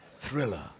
Thriller